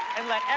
and let